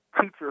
teacher